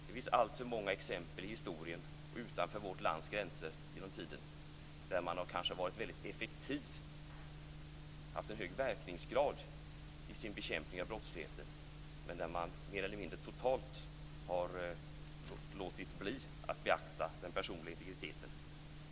Det finns alltför många exempel i historien och utanför vårt lands gränser genom tiderna då man kanske har varit väldigt effektiv och haft en hög verkningsgrad i sin bekämpning av brottsligheten, men där man mer eller mindre totalt har låtit bli att beakta den personliga integriteten.